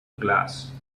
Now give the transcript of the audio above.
glass